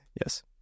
yes